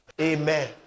Amen